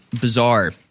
bizarre